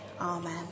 Amen